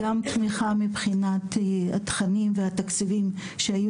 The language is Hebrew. גם תמיכה מבחינת התכנים והתקציבים שהיו